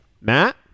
Matt